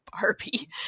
Barbie